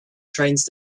trains